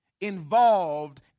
involved